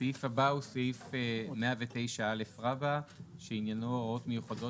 הסעיף הבא הוא סעיף 109(א) רבא שעניינו "הוראות מיוחדות